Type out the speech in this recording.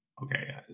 okay